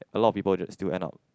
a lot of people just still end up